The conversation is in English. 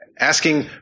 asking